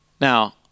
Now